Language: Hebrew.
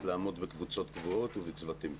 לעמוד בקבוצות קבועות ובצוותים קבועים.